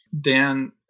Dan